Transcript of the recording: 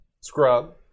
Scrub